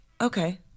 Okay